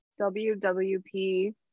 WWP